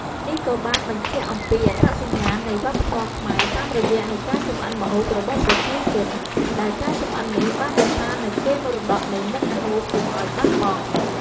នេះក៏បានបញ្ជាក់អំពីអត្តញ្ញាណនៃវប្បធម៌ខ្មែរតាមរយៈនៃការចម្អិនម្ហូបរបស់ប្រជាជន ដែលការចម្អិននេះបានរក្សានៅកេរមរតកនៃមុខម្ហូបកុំអោយបាត់បង់។